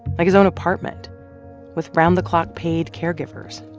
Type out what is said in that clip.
like his own apartment with round-the-clock paid caregivers.